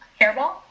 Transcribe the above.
Hairball